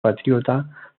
patriota